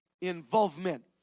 involvement